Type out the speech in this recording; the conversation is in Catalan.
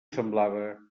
semblava